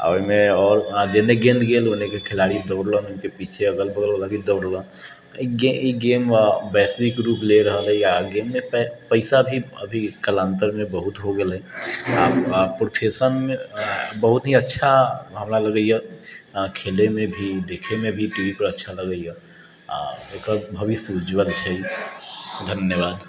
आओर ओहिमे आओर जेन्ने गेन्द गेल ओन्नेके खेलाड़ी दौड़लक पीछे अगल बगलवला भी दौड़लक पीछे तऽ ई गेम वैश्विक रूप लऽ रहल अइ आओर गेममे पइसा भी अभी कालान्तरमे हो गेलै आओर प्रोफेशनमे बहुत ही अच्छा हमरा लगैए खेलैमे भी देखैमे भी टी वी पर अच्छा लगैए आओर एकर भविष्य उज्ज्वल छै धन्यवाद